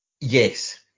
Yes